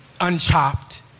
unchopped